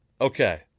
okay